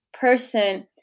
person